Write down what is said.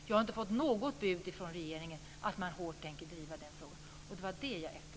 Jag har inte fått något bud från regeringen om att man hårt tänker driva den frågan. Det var det jag efterlyste.